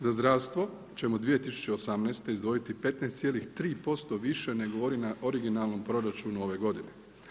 Za zdravstvo ćemo 2018. izdvojiti 15,3% više nego na originalnom proračunu ove godine.